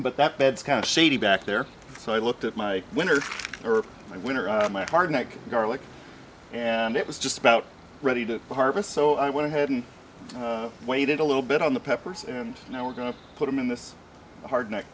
but that beds kind of shady back there so i looked at my winter or my winter on my hard neck garlic and it was just about ready to harvest so i went ahead and waited a little bit on the peppers and now we're going to put them in this hard neck